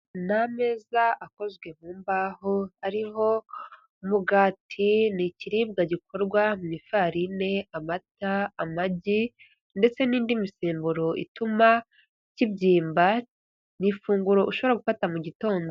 Ni ameza akozwe mu mbaho ariho umugati ni ikiribwa gikorwa mu ifarine, amata, amagi, ndetse n'indi misemburo ituma kibyimba, ni ifunguro ushobora gufata mu gitondo.